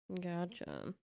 Gotcha